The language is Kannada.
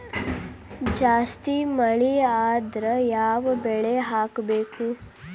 ಜಾಸ್ತಿ ಮಳಿ ಆದ್ರ ಯಾವ ಬೆಳಿ ಹಾಕಬೇಕು?